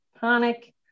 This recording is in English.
panic